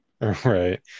Right